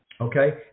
Okay